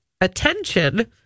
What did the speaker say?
attention